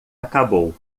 acabou